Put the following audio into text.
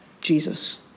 Jesus